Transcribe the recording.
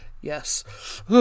Yes